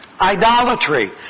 Idolatry